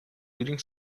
leading